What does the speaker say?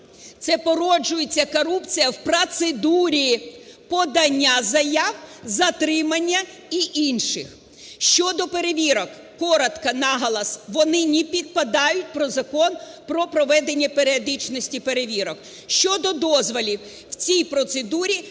це породжується корупція в процедурі подання заяв, затримання і інших. Щодо перевірок. Коротко, наголос. Вони не підпадають під Закон про проведення періодичності перевірок. Щодо дозволів. У цій процедурі